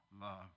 love